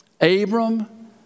Abram